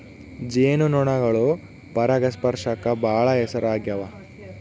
ಜೇನು ನೊಣಗಳು ಪರಾಗಸ್ಪರ್ಶಕ್ಕ ಬಾಳ ಹೆಸರಾಗ್ಯವ